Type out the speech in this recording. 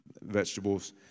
vegetables